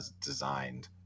designed